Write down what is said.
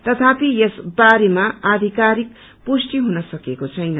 तथापि यस बारेमा आधिकारिक पुष्ट हुन सकेको छैन